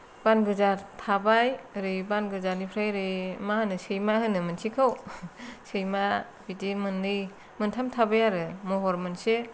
बानगोजा थाबाय ओरै बानगोजानिफ्राय ओरै मा होनो सैमा होनो मोनसेखौ सैमा बिदि मोननै मोनथाम थाबाय आरो महर मोनसे